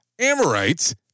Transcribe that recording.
Amorites